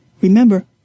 remember